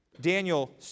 Daniel